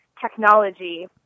technology